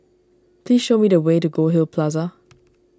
please show me the way to Goldhill Plaza